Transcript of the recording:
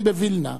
אני בווילנה,